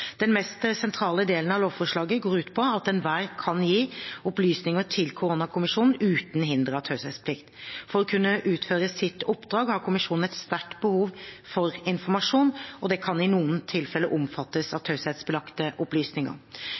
Den mest sentrale delen av lovforslaget går ut på at enhver kan gi opplysninger til koronakommisjonen uten hinder av taushetsplikt. For å kunne utføre sitt oppdrag har kommisjonen et sterkt behov for informasjon, og det kan i noen tilfeller omfatte taushetsbelagte opplysninger.